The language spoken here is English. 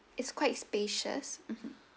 it's quite spacious mmhmm